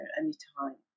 anytime